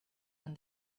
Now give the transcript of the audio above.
when